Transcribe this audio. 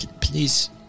please